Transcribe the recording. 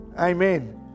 Amen